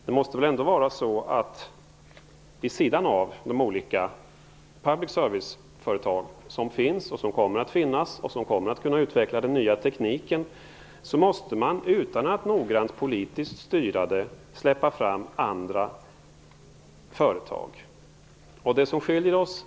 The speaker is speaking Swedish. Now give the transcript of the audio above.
Man måste väl ändå, vid sidan av de olika public service-företag som finns och kommer att finnas och som kommer att kunna utveckla den nya tekniken, också släppa fram andra företag utan att noggrant politiskt styra.